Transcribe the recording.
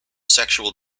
sexual